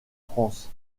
france